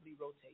rotate